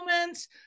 moments